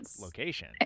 location